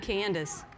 Candace